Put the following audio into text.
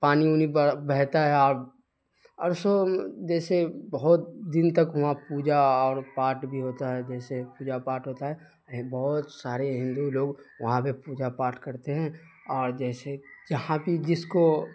پانی وونی بہتا ہے اور اور سو جیسے بہت دن تک وہاں پوجا اور پاٹھ بھی ہوتا ہے جیسے پوجا پاٹھ ہوتا ہے بہت سارے ہندو لوگ وہاں پہ پوجا پاٹھ کرتے ہیں اور جیسے جہاں بھی جس کو